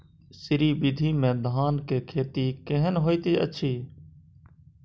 श्री विधी में धान के खेती केहन होयत अछि?